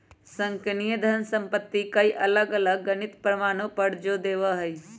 संगणकीय धन संपत्ति कई अलग अलग गणितीय प्रमाणों पर जो देवा हई